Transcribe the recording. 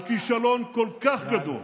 על כישלון כל כך גדול,